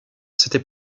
c’était